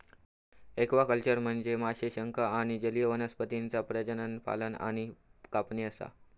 aquaculture म्हनजे माशे, शंख आणि जलीय वनस्पतींचा प्रजनन, पालन आणि कापणी असा